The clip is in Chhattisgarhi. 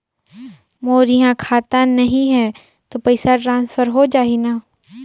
मोर इहां खाता नहीं है तो पइसा ट्रांसफर हो जाही न?